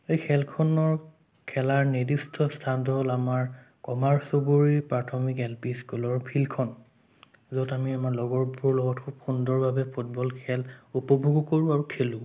সেই খেলখনৰ খেলাৰ নিৰ্দিষ্ট স্থানটো হ'ল আমাৰ কমাৰ চুবুৰি প্ৰাথমিক এল পি স্কুলৰ ফিল্ডখন য'ত আমি আমাৰ লগৰবোৰৰ লগত খুব সুন্দৰভাৱে ফুটবল খেল উপভোগো কৰোঁ আৰু খেলোঁও